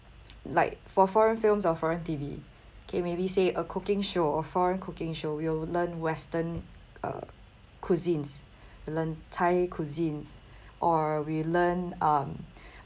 like for foreign films or foreign T_V kay maybe say a cooking show or foreign cooking show you will learn western uh cuisines learn thai cuisines or we learn um